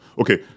okay